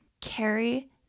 Carry